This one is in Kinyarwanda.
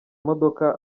modoka